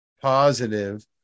positive